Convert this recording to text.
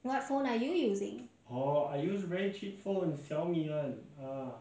what phone are you using